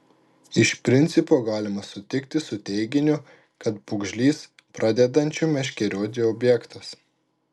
iš principo galima sutikti su teiginiu kad pūgžlys pradedančių meškerioti objektas